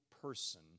person